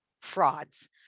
frauds